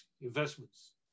investments